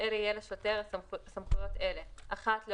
וכאן בעצם אתם קובעים את זה באופן מפורש,